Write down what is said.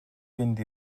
fynd